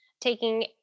Taking